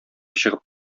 чыгып